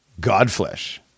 Godflesh